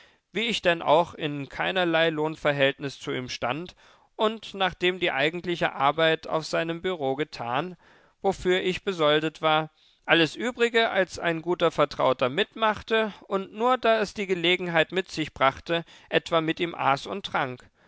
wie ich denn auch in keinerlei lohnverhältnis zu ihm stand und nachdem die eigentliche arbeit auf seinem bureau getan wofür ich besoldet war alles übrige als ein guter vertrauter mitmachte und nur da es die gelegenheit mit sich brachte etwa mit ihm aß und trank